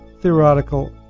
theoretical